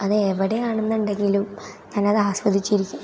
അത് എവിടെയാണ് എന്നുണ്ടെങ്കിലും ഞാൻ അത് ആസ്വദിച്ചിരിക്കും